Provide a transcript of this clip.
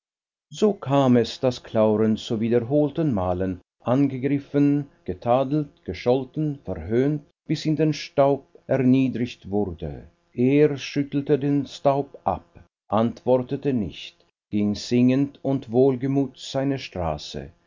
so kam es daß clauren zu wiederholten malen angegriffen getadelt gescholten verhöhnt bis in den staub erniedrigt wurde er schüttelte den staub ab antwortete nicht ging singend und wohlgemut seine straße